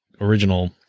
original